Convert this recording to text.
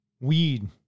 weed